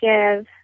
give